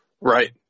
Right